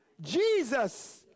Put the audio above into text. Jesus